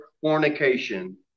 fornication